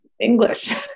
English